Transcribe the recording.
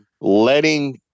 letting